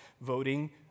voting